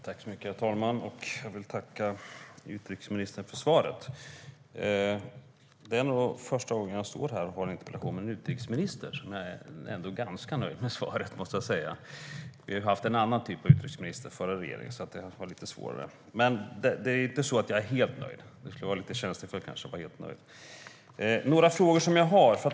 Herr talman! Jag tackar utrikesministern för svaret. Det är nog första gången jag står här och har en interpellationsdebatt med en utrikesminister och är ganska nöjd med svaret, måste jag säga. Det var en annan typ av utrikesminister i den förra regeringen. Då var det lite svårare. Men det är inte så att jag är helt nöjd. Det skulle kanske vara tjänstefel. Jag har några frågor.